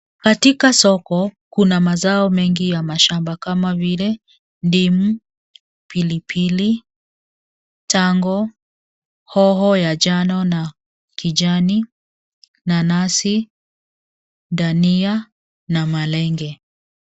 Katika soko kuna mazao mengi ya mashamba kama vile: ndimu, pilipili, tango, hoho ya njano na kijani, nanasi, dania na malenge.